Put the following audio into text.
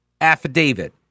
affidavit